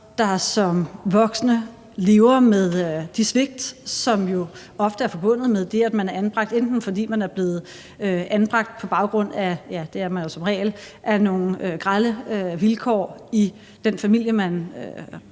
der som voksne lever med de svigt, som jo ofte er forbundet med det, at man er anbragt, enten fordi man er blevet anbragt på baggrund af nogle grelle vilkår i den familie, man